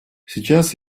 сейчас